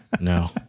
no